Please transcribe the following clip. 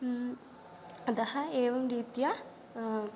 अतः एवं रीत्या